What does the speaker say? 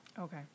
Okay